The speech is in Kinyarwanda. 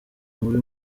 mubi